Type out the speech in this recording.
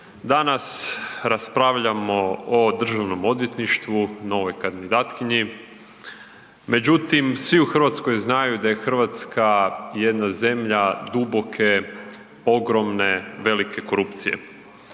Danas raspravljamo o državnom odvjetništvu, novoj kandidatkinji, međutim svi u Hrvatskoj znaju da je Hrvatska jedna zemlja duboke, ogromne, velike korupcije